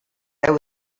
heu